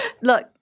Look